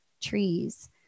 trees